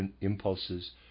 impulses